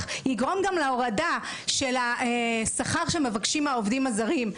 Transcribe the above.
יגרום להורדה בשכר שמבקשים העובדים הזרים,